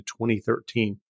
2013